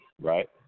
right